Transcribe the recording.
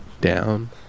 down